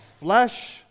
flesh